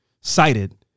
cited